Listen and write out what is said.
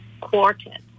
Quartet